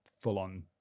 full-on